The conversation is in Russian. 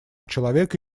человека